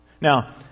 Now